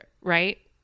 right